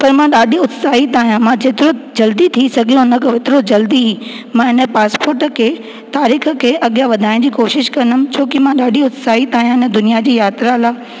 पर मां ॾाढी उत्साहित आहियां जेतिरो जल्दी थी सघे ओतिरो जल्दी ई मां इन पासपोट खे तारीख़ खे अॻियां वधाइण जी कोशिश कंदमि छो की मां ॾाढी उत्साहित आहियां इन दुनिया जी यात्रा लाइ